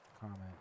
comment